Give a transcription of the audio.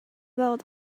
wealth